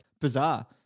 bizarre